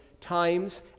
times